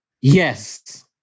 Yes